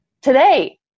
today